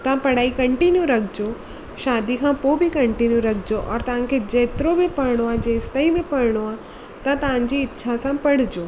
तव्हां पढ़ाई कंटीन्यूं रखिजो शादी खां पोइ बि कंटीन्यूं रखिजो और तव्हांखे जेतिरो बि पढ़िनो आहे जेंसि ताईं बि पढ़िनो आहे त तव्हांजी इच्छा सां पढ़िजो